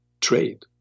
trade